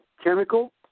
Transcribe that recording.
chemical